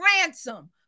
ransom